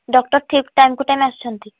doctor ଠିକ୍ ଟାଇମ୍କୁ time ଆସୁଛନ୍ତି